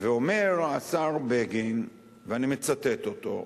ואומר השר בגין, ואני מצטט אותו: